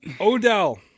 Odell